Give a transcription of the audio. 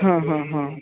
हा हा हा